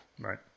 right